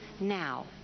now